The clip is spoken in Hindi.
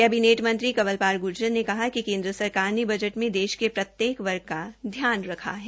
केबिनेट मंत्री कंवरपाल ने कहा कि केन्द्र सरकार ने बजट में देश के प्रत्येक वर्ग का ध्यान रखा है